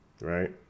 Right